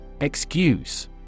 Excuse